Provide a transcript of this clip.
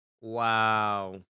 wow